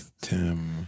Tim